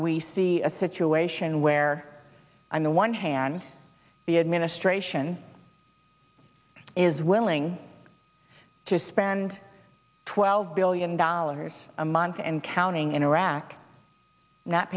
we see a situation where i'm the one hand the administration is willing to spend twelve billion dollars a month and counting in iraq